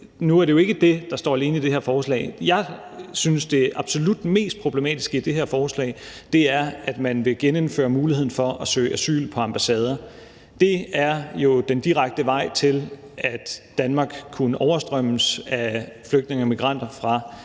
nu er det jo ikke alene det, der står i det her forslag. Jeg synes, at det absolut mest problematiske i det her forslag er, at man vil genindføre muligheden for at søge asyl på ambassader. Det er jo den direkte vej til, at Danmark kunne overstrømmes af flygtninge og immigranter fra